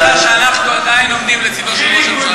אני רק אגיד לך שאנחנו עדיין עומדים לצדו של ראש הממשלה,